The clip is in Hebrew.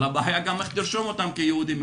אבל הבעיה גם איך תרשום אותם כיהודים?